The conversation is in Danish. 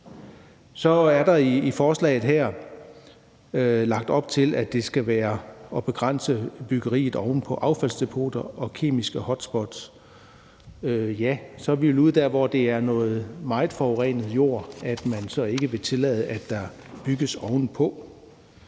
Så er der i forslaget her lagt op til at begrænse byggeriet oven på affaldsdepoter og kemiske hotspots. Ja, så er vi vel ude i, at det er noget meget forurenet jord, man så ikke vil tillade at der bygges oven på.